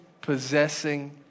possessing